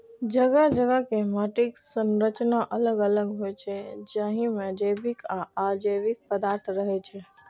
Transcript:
जगह जगह के माटिक संरचना अलग अलग होइ छै, जाहि मे जैविक आ अजैविक पदार्थ रहै छै